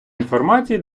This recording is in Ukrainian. інформації